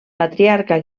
patriarca